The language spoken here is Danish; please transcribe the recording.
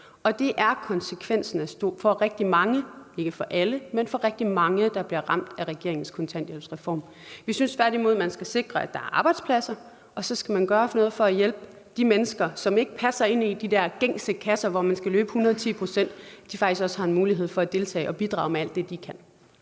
og det er konsekvensen for rigtig mange – ikke for alle, men for rigtig mange – der bliver ramt af regeringens kontanthjælpsreform. Vi synes tværtimod, at man skal sikre, at der er arbejdspladser, og så skal man gøre noget for at hjælpe de mennesker, som ikke passer ind i de der gængse kasser, hvor man skal løbe 110 pct., så de faktisk også har en mulighed for at deltage og bidrage med alt det, de kan.